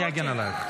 אני אגן עלייך.